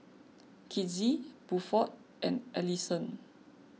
Kizzie Buford and Allyson